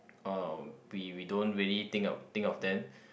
orh we we don't really think of think of them